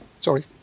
Sorry